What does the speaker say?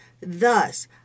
Thus